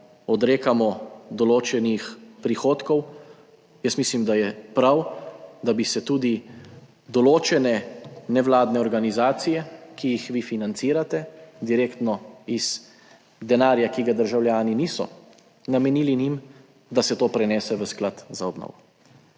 odrekamo določenih prihodkov, jaz mislim, da je prav, da bi se tudi določene nevladne organizacije, ki jih vi financirate direktno iz denarja, ki ga državljani niso namenili njim, da se to prenese v sklad za obnovo.